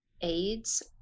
aids